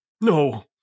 No